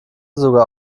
sogar